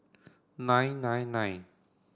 nine nine nine